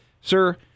Sir